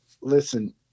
listen